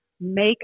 make